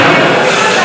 אז אני מבקש מכם: